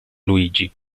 luigi